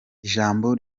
ijambo